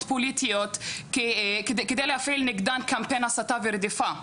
פוליטיות כדי להפעיל נגדן קמפיין הסתה ורדיפה.